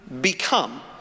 become